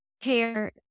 care